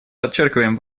подчеркиваем